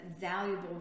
valuable